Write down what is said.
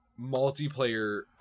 multiplayer